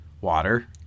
Water